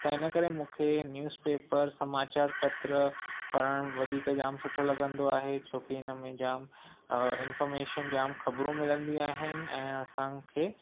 त हिनकरे मूंखे न्यूज़ पेपर समाचारपत्र पढ़णु वधीक जामु सुठो लॻंदो आहे छो की हिनमें जामु इंफॉर्मेशन जामु ख़बरूं मिलंदियूं आहिनि ऐं असांखे